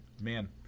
man